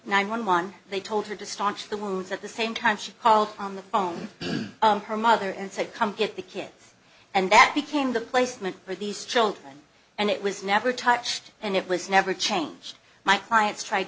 nine one one they told her to staunch the wounds at the same time she called on the phone her mother and said come get the kids and that became the placement for these children and it was never touched and it was never changed my clients tried